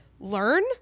learn